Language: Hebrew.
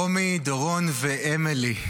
רומי, דורון ואמילי,